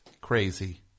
crazy